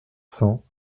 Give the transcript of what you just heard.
cents